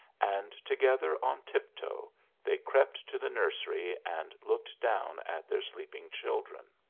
and together on tiptoe they crept to the nursery and looked down at their sleeping children.